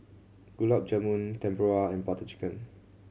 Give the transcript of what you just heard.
Gulab Jamun Tempura and Butter Chicken